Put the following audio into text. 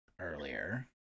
earlier